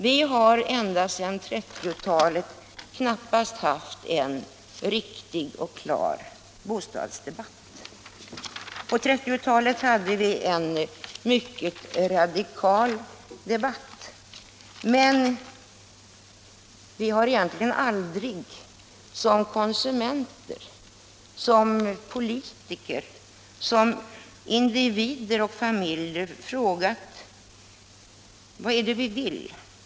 Vi har ända sedan 1930-talet knappast haft en riktig och klar bostadsdebatt. Då fördes det en mycket radikal debatt, men vi har egentligen Allmänpolitisk debatt 75 Allmänpolitisk debatt aldrig som konsumenter, som politiker, som individer och familjer frågat: Vad är det vi vill?